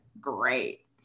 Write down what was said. great